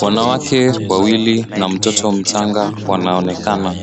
Wanawake wawili na mtoto mchanga wanaonekana.